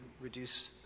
reduce